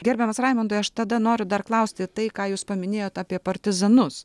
gerbiamas raimundai aš tada noriu dar klausti tai ką jūs paminėjot apie partizanus